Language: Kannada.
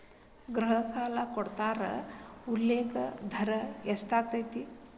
ಗೃಹ ಸಾಲ ತೊಗೊಂಡ್ರ ಉಲ್ಲೇಖ ದರ ಎಷ್ಟಾಗತ್ತ